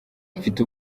mfite